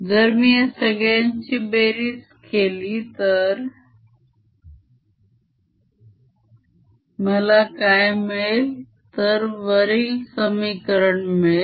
जर मी या सगळ्यांची बेरीज केली तर मला काय मिळेल तर वरील समीकरण मिळेल